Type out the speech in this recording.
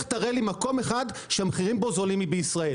תראה לי מקום אחד שהמחיר בו זול מישראל.